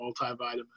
multivitamin